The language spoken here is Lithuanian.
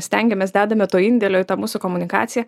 stengiamės dedame to indėlio į tą mūsų komunikaciją